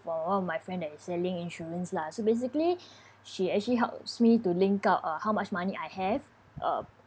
from one of my friend that is selling insurance lah so basically she actually helps me to link out uh how much money I have uh